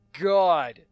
God